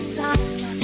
time